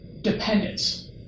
dependence